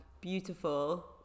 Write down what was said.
beautiful